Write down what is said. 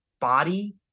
body